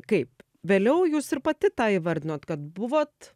kaip vėliau jūs ir pati tą įvardinot kad buvot